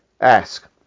ask